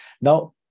Now